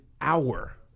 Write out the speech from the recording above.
hour